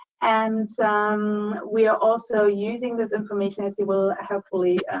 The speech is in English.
and um we're also using this information, as it will hopefully